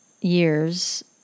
years